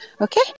Okay